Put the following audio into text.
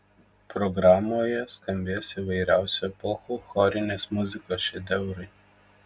programoje skambės įvairiausių epochų chorinės muzikos šedevrai